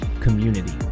community